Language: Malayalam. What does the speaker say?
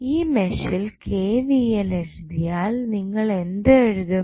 ഈ മെഷിൽ KVL എഴുതിയാൽ നിങ്ങൾ എന്ത് എഴുത്തും